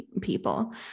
people